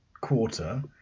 quarter